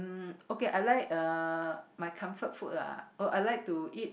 um okay I like uh my comfort food lah oh I like to eat